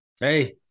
hey